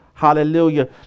Hallelujah